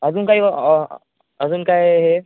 अजून काही ऑ अजून काय हे